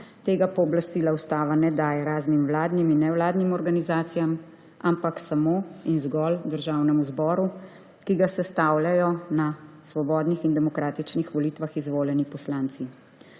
Tega pooblastila Ustave ne daje raznim vladnim in nevladnim organizacijam, ampak samo in zgolj Državnemu zboru, ki ga sestavljajo na svobodnih in demokratičnih volitvah izvoljeni poslanci.